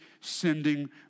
sending